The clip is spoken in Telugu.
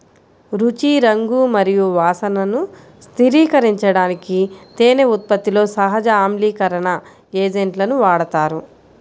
రుచి, రంగు మరియు వాసనను స్థిరీకరించడానికి తేనె ఉత్పత్తిలో సహజ ఆమ్లీకరణ ఏజెంట్లను వాడతారు